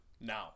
now